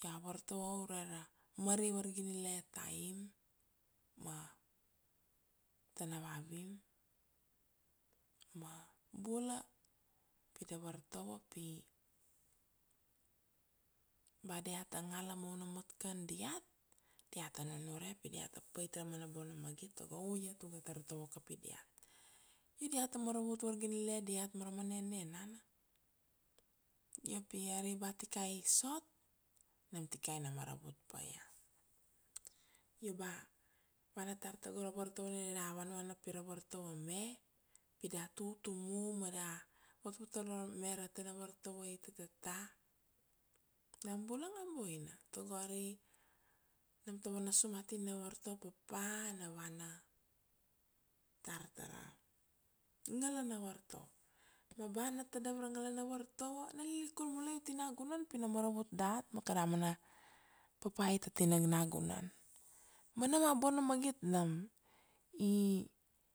Dia vartovo ure ra mari vargilele taim, ma tanavavim, ma bula pi da vartovo pi, ba diata ngala ma u na mat ken diat, diat ta nunure pi diat ta pait ra mana bona magit, togo u iat uga tar tovo kapi diat, pi diat ta maravut vargilele diat ma arama ainana, io pi ari ba tikai i sot nam tikai na maravut pa ia, io ba vana tar togo ra vartovo nina dat vanavana pira vartovo me, pi diat tutumu ma da vovotorome ra tena vartovo i tatata, nam bulang aboina togo ari nam tovuana sumatin na vartovo papa na vana tar tara ngala na vartovo, ma ba na tadap ra ngala na vartovo na lilikun mulai uti nagunan, pi na maravut dat ma kada mana papait ati nangnagunan, ma nam aboina magit nam i